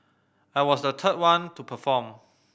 I was the third one to perform